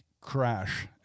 crash